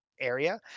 area